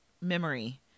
memory